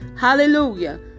Hallelujah